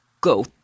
go